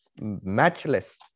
Matchless